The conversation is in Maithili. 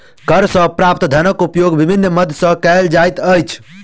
कर सॅ प्राप्त धनक उपयोग विभिन्न मद मे कयल जाइत अछि